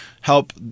help